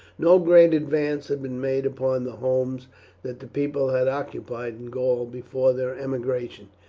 no great advance had been made upon the homes that the people had occupied in gaul before their emigration.